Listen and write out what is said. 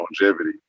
longevity